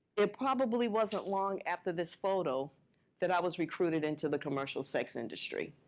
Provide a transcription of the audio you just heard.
it probably wasn't long after this photo that i was recruited into the commercial sex industry.